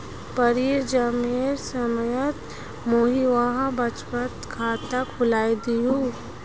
परीर जन्मेर समयत मुई वहार बचत खाता खुलवैयानु